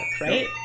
right